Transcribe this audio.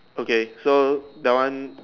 okay so that one